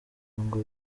ngo